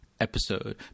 episode